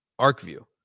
ArcView